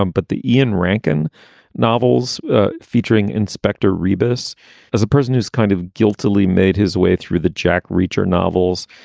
um but the ian rankin novels featuring inspector rebus as a person who's kind of guiltily made his way through the jack reacher novels,